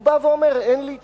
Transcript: הוא בא ואומר: אין לי תשובה,